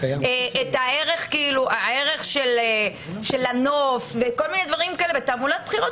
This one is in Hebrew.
הערך של הנוף וכל מיני דברים כאלה בתעמולת בחירות,